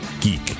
geek